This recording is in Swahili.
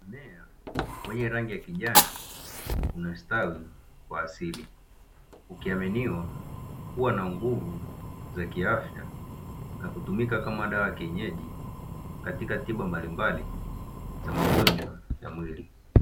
Mmea wenye rangi ya kijani unastawi, kwa asili ukiaminiwa kuwa na nguvu za kiafya nakutumika kama dawa ya kienyeji katika tiba mbalimbali za magonjwa ya mwili.